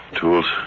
Tools